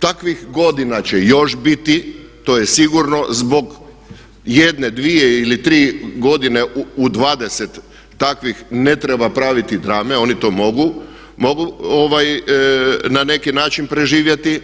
Takvih godina će još biti, to je sigurno zbog jedne, dvije ili tri godine u 20 takvih ne treba praviti drame oni to mogu, mogu na neki način preživjeti